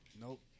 Nope